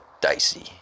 dicey